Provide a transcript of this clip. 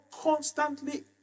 constantly